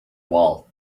wall